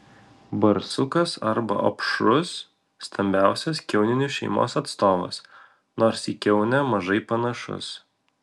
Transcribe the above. barsukas arba opšrus stambiausias kiauninių šeimos atstovas nors į kiaunę mažai panašus